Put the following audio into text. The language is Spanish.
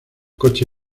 coche